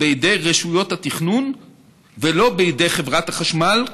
בידי רשויות התכנון ולא בידי חברת החשמל,